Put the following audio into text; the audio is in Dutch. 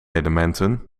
elementen